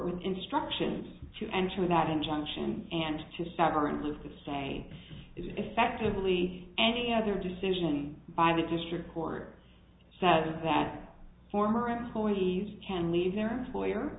with instructions to ensure that injunction and to severance is to say effectively any other decision by the district court says that former employees can leave their employer